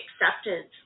acceptance